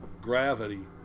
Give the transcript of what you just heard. gravity